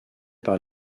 par